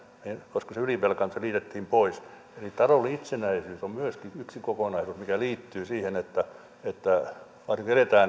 koska se ylivelkaantui ja liitettiin pois eli taloudellinen itsenäisyys on myöskin yksi kokonaisuus mikä liittyy siihen että varsinkin jos